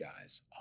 guys